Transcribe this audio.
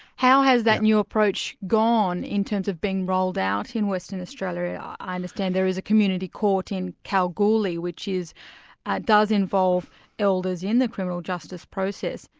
how has that new approach gone in terms of being rolled out in western australia? i understand there is a community court in kalgoorlie, which ah does involve elders in the criminal justice process.